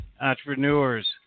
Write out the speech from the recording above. entrepreneurs